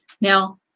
Now